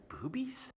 boobies